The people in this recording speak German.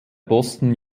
boston